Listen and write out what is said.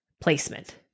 placement